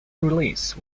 release